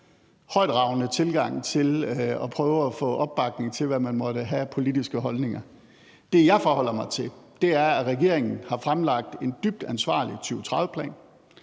højtravende tilgang at have til det at prøve at få opbakning til, hvad man måtte have af politiske holdninger. Det, jeg forholder mig til, er, at regeringen har fremlagt en dybt ansvarlig 2030-plan,